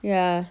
ya